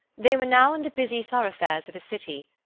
they were now in the busy thoroughfares of a city,